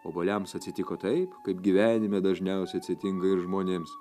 obuoliams atsitiko taip kaip gyvenime dažniausiai atsitinka ir žmonėms